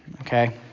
Okay